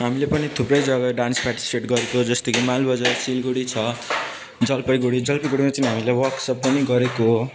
हामीले पनि थुप्रै जग्गा डान्स पार्टिसिपेट गरेको जस्तो कि मालबजार सिलगढी छ जलपाइगुडी जलपाइगुडीमा चाहिँ हामीले वर्कसप पनि गरेको हो